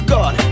God